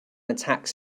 attacks